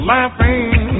Laughing